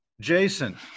Jason